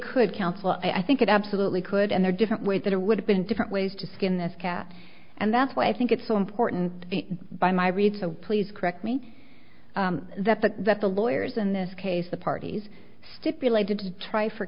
council i think it absolutely could and their different way that it would have been different ways to skin this cat and that's why i think it's so important by my read so please correct me that the that the lawyers in this case the parties stipulated to try for